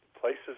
places